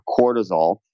cortisol